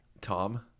Tom